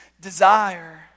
desire